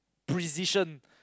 precision